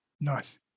Nice